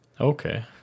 Okay